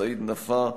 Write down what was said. סעיד נפאע,